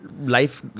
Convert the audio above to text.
life